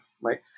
right